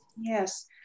Yes